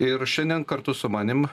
ir šiandien kartu su manim